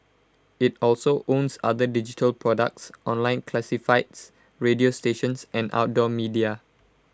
IT also owns other digital products online classifieds radio stations and outdoor media